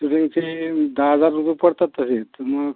शूटिंगचे दहा हजार रुपये पडतात तसे तर मग